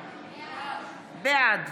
בעד